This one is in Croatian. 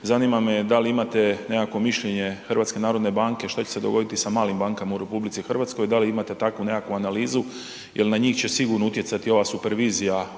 zanima me da li imate nekakvo mišljenje HNB-a šta će se dogoditi sa malim bankama u RH, da li imate takvu nekakvu analizu jel na njih će sigurno utjecati ova supervizija